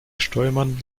steuermann